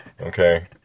Okay